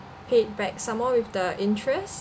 pay it back some more with the interest